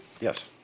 Yes